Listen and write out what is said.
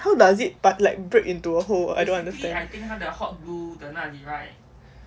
how does it but like break into a hole I don't understand